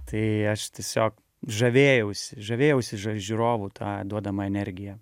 tai aš tiesiog žavėjausi žavėjausi ža žiūrovų ta duodama energija